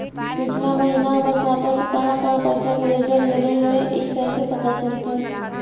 पिछला महिना हमर खाता से काहां काहां पैसा भेजल गेले हे इ कैसे पता चलतै?